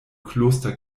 kloster